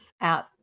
out